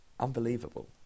Unbelievable